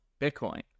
Bitcoin